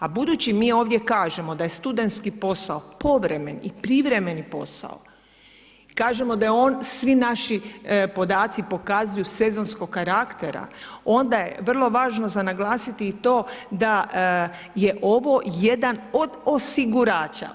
A budući mi ovdje kažemo da je studentski posao povremen i privremen posao, kažemo da je on, svi naši podaci pokazuju sezonskog karaktera, onda je vrlo važno za naglasiti i to da je ovo jedan od osigurača.